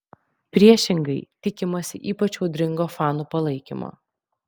priešingai tikimasi ypač audringo fanų palaikymo